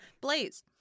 Blaze